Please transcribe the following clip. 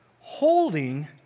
holding